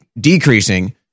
decreasing